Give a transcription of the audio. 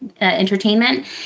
entertainment